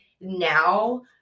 now